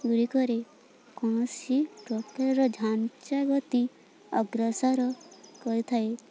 ଗୁଡ଼ିକରେ କୌଣସି ପ୍ରକାରର ଢାଞ୍ଚା ଗତି ଅଗ୍ରସର କରିଥାଏ